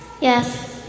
Yes